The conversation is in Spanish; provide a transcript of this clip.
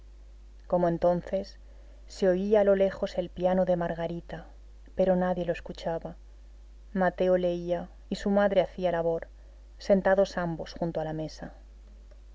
como entonces se oía a lo lejos el piano de margarita pero nadie lo escuchaba mateo leía y su madre hacía labor sentados ambos junto a la mesa